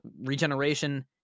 regeneration